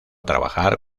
trabajar